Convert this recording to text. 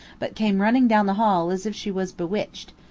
but came running down the hall, as if she was bewitched.